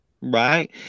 Right